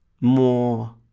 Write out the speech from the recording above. more